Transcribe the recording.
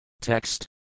Text